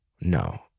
No